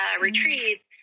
retreats